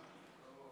ו'